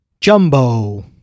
Jumbo